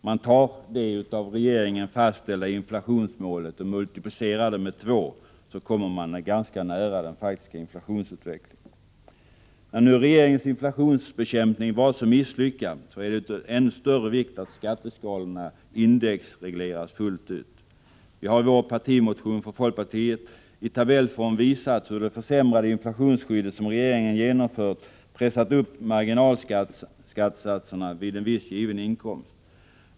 Man tar det av regeringen fastställda inflationsmålet och multiplicerar det med två. Därmed kommer man ganska nära den faktiska inflationsutvecklingen. När nu regeringens inflationsbekämpning varit så misslyckad, är det av än större vikt att skatteskalorna indexregleras fullt ut. Vi har i vår partimotion i tabellform visat hur det försämrade inflationsskydd som regeringen genomfört pressat upp marginalskattesatserna vid en viss given inkomst.